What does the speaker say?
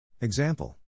Example